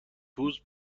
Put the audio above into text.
پوست